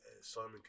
simon